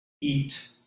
eat